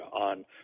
on